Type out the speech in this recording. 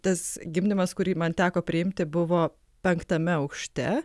tas gimdymas kurį man teko priimti buvo penktame aukšte